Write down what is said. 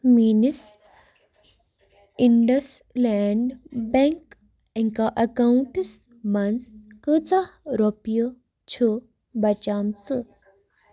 میٛٲنِس IndusInd bank accounts منٛز کۭژاہ رۄپیہِ چھِ بچیمژٕ